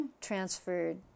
transferred